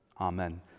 Amen